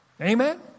Amen